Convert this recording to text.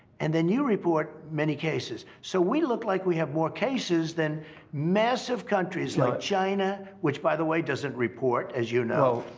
and then you report many cases, so we look like we have more cases than massive countries like china, which, by the way, doesn't report, as you know.